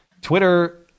Twitter